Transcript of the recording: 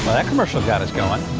that commercial got us going.